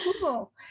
cool